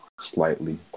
slightly